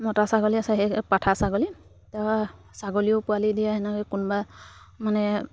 মতা ছাগলী আছে সেই পাঠা ছাগলী তাৰ ছাগলীও পোৱালি দিয়া তেনেকৈ কোনোবা মানে